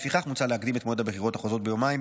לפיכך מוצע להקדים את מועד הבחירות החוזרות ביומיים